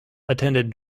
attended